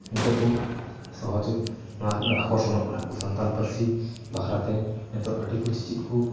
ᱱᱤᱛᱚᱜᱠᱚ ᱟᱠᱚᱨᱥᱚᱱᱚᱜ ᱠᱟᱱᱟᱠᱚ ᱥᱟᱱᱛᱟᱲ ᱯᱟᱹᱨᱥᱤ ᱵᱟᱠᱷᱨᱟᱛᱮ ᱱᱤᱛᱚᱜ ᱟᱹᱰᱤᱠᱚ ᱪᱤᱼᱪᱤᱫ ᱠᱚ